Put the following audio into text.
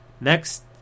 Next